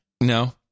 no